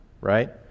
right